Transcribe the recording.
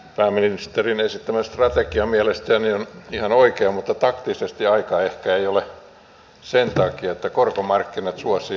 pääministerin esittämä strategia mielestäni on ihan oikea mutta taktisesti ehkä ei ole sen aika sen takia että korkomarkkinat suosivat lainanottajaa